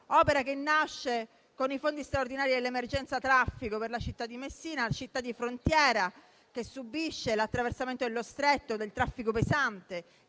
che nasce con i fondi straordinari dell'emergenza traffico per la città di Messina, che è città di frontiera che subisce l'attraversamento del traffico pesante